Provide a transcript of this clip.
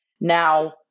now